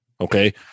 Okay